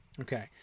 Okay